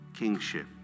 kingship